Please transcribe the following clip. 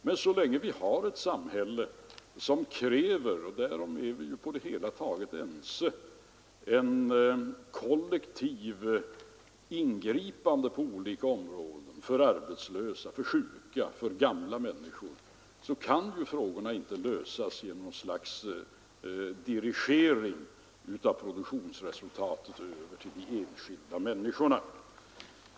Men så länge vi har ett samhälle som kräver — och därom är vi på det hela taget ense — en kollektiv insats på olika områden, för arbetslösa, för sjuka, för gamla människor, kan problemen inte lösas genom något slags dirigering av produktionsresultatet över till de enskilda människorna.